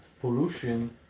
pollution